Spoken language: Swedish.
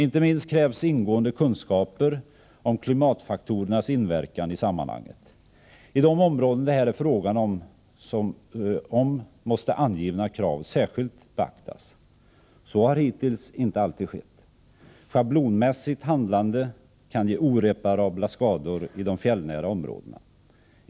Inte minst krävs ingående kunskaper om klimatfaktorernas inverkan i sammanhanget. I de områden det här är fråga om måste angivna krav särskilt beaktas. Så har hittills inte alltid skett. Schablonmässigt handlande kan ge oreparabla skador i de fjällnära områdena.